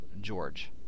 George